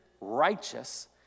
righteous